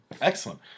Excellent